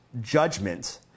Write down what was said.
judgment